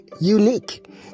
Unique